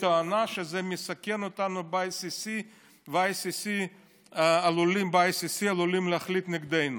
בטענה שזה מסכן אותנו ב-ICC וב-ICC עלולים להחליט נגדנו.